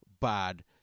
bad